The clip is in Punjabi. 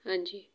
ਹਾਂਜੀ